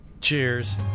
Cheers